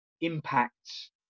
impacts